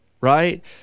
right